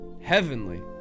heavenly